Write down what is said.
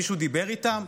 מישהו דיבר איתם?